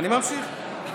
אני ממשיך.